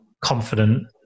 confident